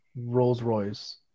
Rolls-Royce